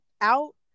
out